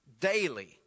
daily